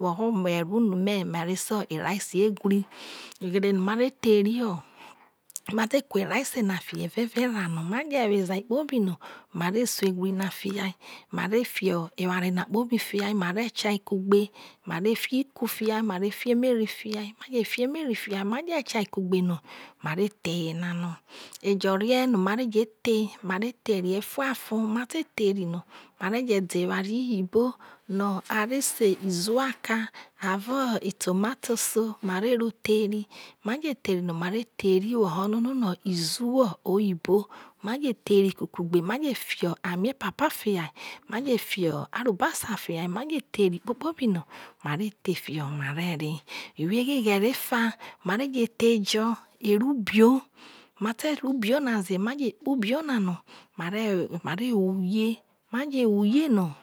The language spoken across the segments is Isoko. Woho ome eru unu me ma re sei erase ewri oghere no mare thei ri ho ma fe kuo eraasi na fiho evao evao era na ma je wezei kpoli no ma re su ewri na fiya e mare fio mare fio eware kpobi fia mare kia kugbe mare fi ku fia mare fi emeri fia. aje fi emeri fia ma je kia ka gbe no ma re the eye na no eyo rie no ma re je thi mare the ri efua fo ma te theri no mare je de eware iyibo no a re se iziwo aka avo eto matoso ma re ro thei ri ma je theiri no mare theri woho no no iziwo oyibo ma je thieri kuku gbe maje fio ame epapa fia ma je fio arobosa fia ma je the rikpo kpobi no mere re owo ogho ghere eja ma je the ejo ero ubio ma ro ubio na ze ma re huge ma je hugu no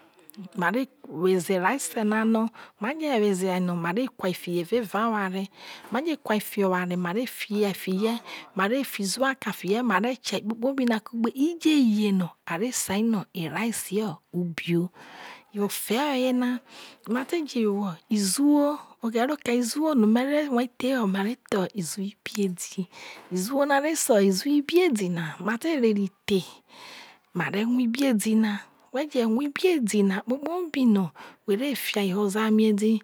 ma re woze erase na no maje woze woze ai no ma re kaa fiho evao oware maje kua fiho oware no ma fi a fiye ma re fi iziwo aka fiye ma re kie akpokpo bi na kugbe ije ye no a re sai no erasio ubio yo ofe oye na ma te je wo iziwo no ma re ma the wo iziebi iziwo no are se iziwo ibiedi na ma te re ri the ma re nwa ibie edi na kpo kpobi no were fia ho oze ame edi